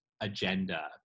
agenda